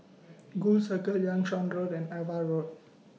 Gul Circle Liang Seah Road and AVA Road